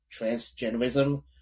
transgenderism